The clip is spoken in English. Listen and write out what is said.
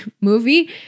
movie